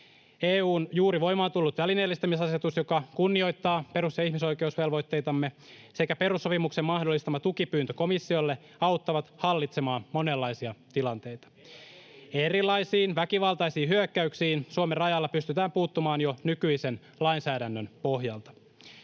EU:n juuri voimaan tullut välineellistämisasetus, joka kunnioittaa perus- ja ihmisoikeusvelvoitteitamme, sekä perussopimuksen mahdollistama tukipyyntö komissiolle auttavat hallitsemaan monenlaisia tilanteita. [Joakim Vigeliuksen välihuuto] Erilaisiin väkivaltaisiin hyökkäyksiin Suomen rajalla pystytään puuttumaan jo nykyisen lainsäädännön pohjalta.